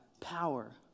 power